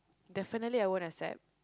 definitely I won't accept